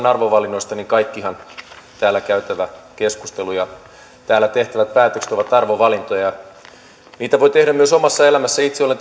arvovalinnoista kaikkihan täällä käytävä keskustelu ja täällä tehtävät päätökset ovat arvovalintoja niitä voi tehdä myös omassa elämässä itse olen